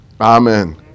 Amen